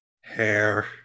Hair